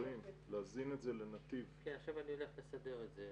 רואים שבסופו של דבר התמונה,